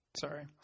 Sorry